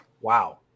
wow